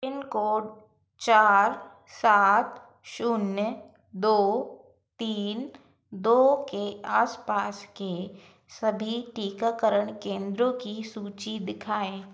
pin code चार सात शून्य दो तीन दो के आसपास के सभी टीकाकरण केंद्रों की सूची दिखाएँ